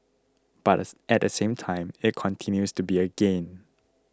but at the same time it continues to be a gain